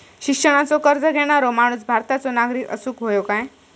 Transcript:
शिक्षणाचो कर्ज घेणारो माणूस भारताचो नागरिक असूक हवो काय?